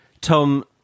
Tom